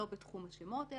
אמנם לא בתחום השמות,